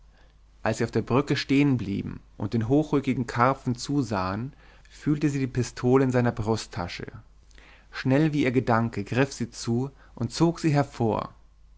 als sie auf der brücke stehen blieben und den hochrückigen karpfen zusahen fühlte sie die pistole in seiner brusttasche schnell wie ihr gedanke griff sie zu und zog sie hervor